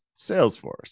salesforce